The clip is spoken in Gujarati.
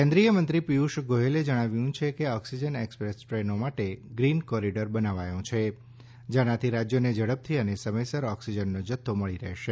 કેન્દ્રીય મંત્રી પિયુષ ગોયલે જણાવ્યું છે કે ઓક્સિજન એક્સપ્રેસ ટ્રેનો માટે ગ્રીન કોરીડોર બનાવાયો છે જેનાથી રાજ્યોને ઝડપથી અને સમયસર ઓક્સિજનનો જથ્થો મળી રહેશે